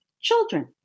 Children